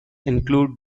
include